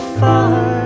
far